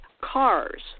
cars